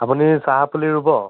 আপুনি চাহ পুলি ৰুব